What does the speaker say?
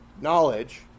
knowledge